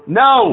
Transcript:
no